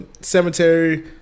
cemetery